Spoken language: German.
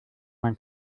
man